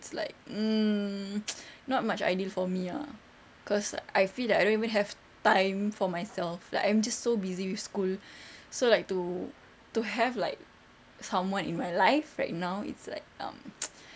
it's like mm not much ideal for me ah cause I feel that I don't even have time for myself like I'm just so busy with school so like to to have like someone in my life right now it's like um